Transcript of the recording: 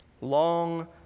Long